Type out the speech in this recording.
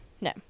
No